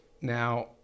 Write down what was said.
Now